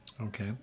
Okay